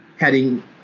heading